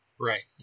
Right